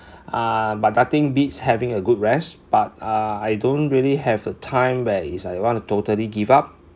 uh but nothing beats having a good rest but uh I don't really have a time when is I want to totally give up